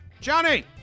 Johnny